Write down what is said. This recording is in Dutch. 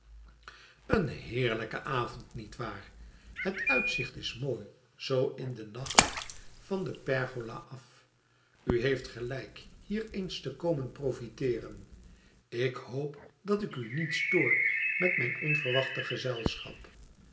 een heerlijke avond niet waar het uitzicht is mooi zoo in den nacht van de pergola af u heeft gelijk hier eens te komen profiteeren ik hoop dat ik u niet stoor met mijn onverwacht gezelschap